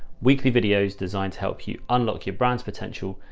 weekly videos, designed to help you unlock your brand's potential.